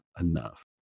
enough